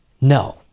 No